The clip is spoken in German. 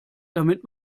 damit